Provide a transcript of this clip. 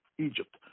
Egypt